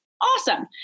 awesome